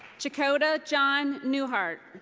chekota john newhart.